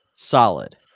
solid